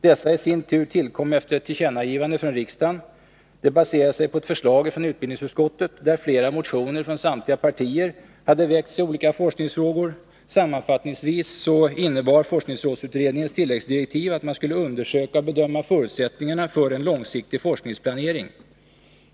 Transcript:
Dessa i sin tur tillkom efter ett tillkännagivande från riksdagen. Det baserade sig på ett förslag från utbildningsutskottet, där flera motioner från samtliga partier hade väckts i olika forskningsfrågor. Sammanfattningsvis innebar forskningsrådsutredningens tilläggsdirektiv att man skulle undersöka och bedöma förutsättningarna för en långsiktig forskningsplanering.